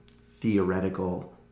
theoretical